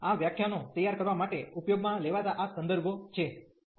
તેથી આ વ્યાખ્યાનો તૈયાર કરવા માટે ઉપયોગમાં લેવાતા આ સંદર્ભો છે